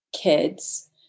kids